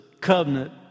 covenant